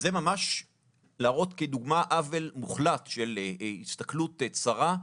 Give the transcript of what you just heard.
זה ממש להראות כדוגמה עוול מוחלט של הסתכלות צרה,